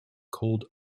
cold